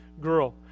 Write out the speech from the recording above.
girl